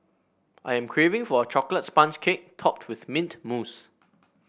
I am craving for a chocolate sponge cake topped with mint mousse